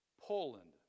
Poland